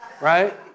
Right